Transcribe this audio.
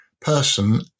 person